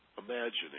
imagining